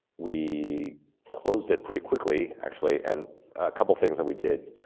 we closed it pretty quickly, actually and a couple things that we did